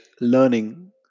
learning